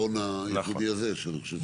השאלה אם בעצם יכול להיווצר מצב שתושב של